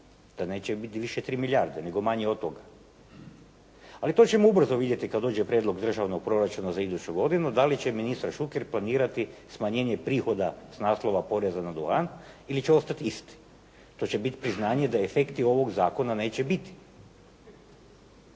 da neće biti više 3 milijarde nego manje od toga. Ali to ćemo ubrzo vidjeti kada dođe prijedlog državnog proračuna za iduću godinu, da li će ministar Šuker planirati smanjenje prihoda s naslova poreza na duhan ili će ostati isti. To će biti priznanje da efekti ovog zakona neće biti.